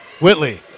Whitley